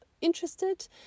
interested